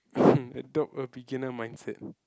hm adopt a beginner mindset